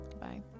bye